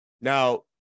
now